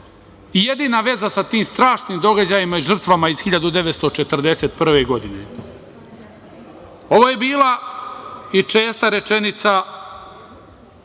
jedina veza sa tim strašnim događajima i žrtvama iz 1941. godine. Ovo je bila i česta rečenica